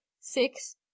Six